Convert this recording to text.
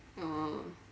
oh